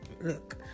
look